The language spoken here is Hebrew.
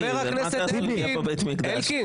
מה תעשו אם יהיה פה בית מקדש?